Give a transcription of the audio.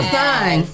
sign